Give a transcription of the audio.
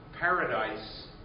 paradise